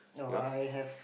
yours